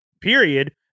period